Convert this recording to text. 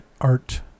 art